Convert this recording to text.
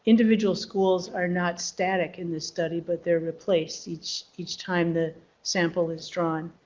individual schools are not static in this study but they're replaced each each time the sample is drawn.